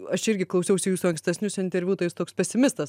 aš irgi klausiausi jūsų ankstesnius interviu tai jūs toks pesimistas